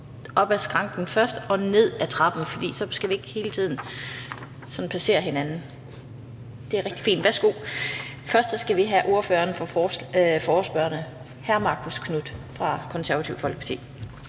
op ad rampen og derefter ned ad trappen, for så skal vi ikke hele tiden passere hinanden. Først skal vi have ordføreren for forespørgerne, hr. Marcus Knuth fra Det Konservative Folkeparti.